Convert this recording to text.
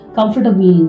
Comfortable